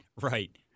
right